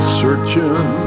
searching